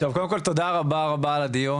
קודם כל, תודה רבה על הדיון.